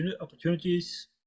opportunities